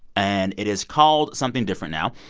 and it is called something different now.